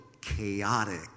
chaotic